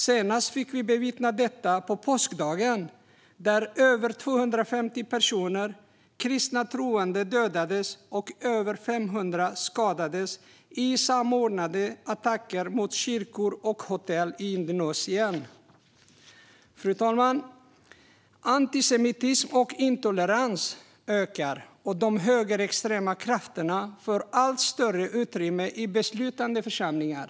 Senast fick vi bevittna detta på påskdagen, då över 250 troende kristna personer dödades och över 500 skadades i samordnade attacker mot kyrkor och hotell i Sri Lanka. Fru talman! Antisemitism och intolerans ökar, och de högerextrema krafterna får allt större utrymme i beslutande församlingar.